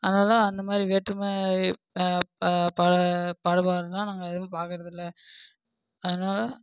அதனால அந்தமாதிரி வேற்றுமை பாகுபாடுலாம் நாங்கள் எதுவுமே பார்க்குறதில்ல அதனால்